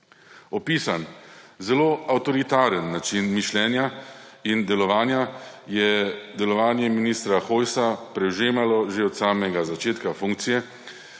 Opisan, zelo avtoritaren način mišljenja in delovanja, je delovanje ministra Hojsa prežemalo že od samega začetka funkcije